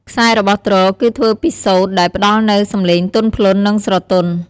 ខ្សែរបស់ទ្រគឺធ្វើពីសូត្រដែលផ្តល់នូវសំឡេងទន់ភ្លន់និងស្រទន់។